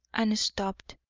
and stopped.